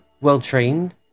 well-trained